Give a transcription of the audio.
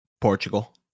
Portugal